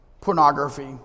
pornography